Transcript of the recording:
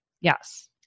Yes